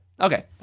okay